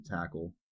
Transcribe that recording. tackle